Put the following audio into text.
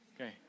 Okay